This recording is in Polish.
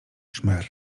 szmer